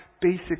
basic